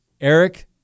Eric